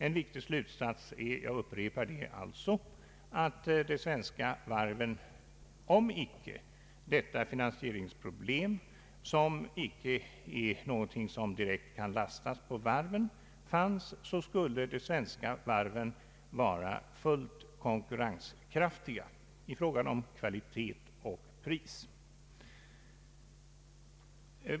En viktig slutsats är — jag upprepar det — att de svenska varven, om detta finansieringsproblem inte fanns, för vilket dock den svenska varvsindustrin inte direkt kan lastas, skulle vara fullt konkurrenskraftiga i fråga om kvalitet och pris.